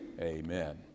amen